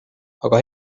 aga